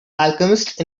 alchemist